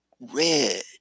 red